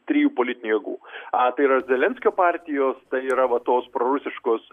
trijų politinių jėgų a tai yra zelenskio partijos tai yra va tos prorusiškos